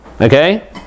okay